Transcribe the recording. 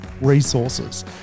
resources